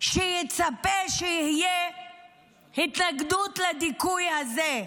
שיצפה שתהיה התנגדות לדיכוי הזה.